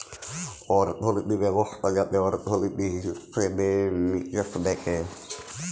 অর্থলিতি ব্যবস্থা যাতে অর্থলিতি, হিসেবে মিকেশ দ্যাখে